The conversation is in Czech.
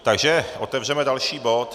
Takže otevřeme další bod.